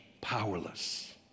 powerless